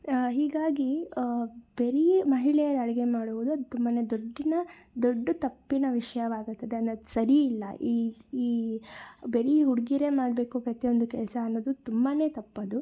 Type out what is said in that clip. ಹೀಗಾಗಿ ಬರೀ ಮಹಿಳೆಯರು ಅಡುಗೆ ಮಾಡುವುದು ತುಂಬ ದೊಡ್ಡ ದೊಡ್ಡ ತಪ್ಪಿನ ವಿಷಯವಾಗುತ್ತದೆ ಅನ್ನೋದು ಸರಿ ಇಲ್ಲ ಈ ಈ ಬರೀ ಹುಡ್ಗಿಯರೇ ಮಾಡಬೇಕು ಪ್ರತಿಯೊಂದು ಕೆಲಸ ಅನ್ನೋದು ತುಂಬಾ ತಪ್ಪದು